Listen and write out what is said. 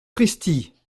pristi